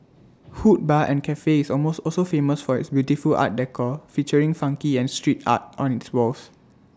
hood bar and Cafe is almost also famous for its beautiful art decor featuring funky and street art on its walls